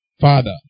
father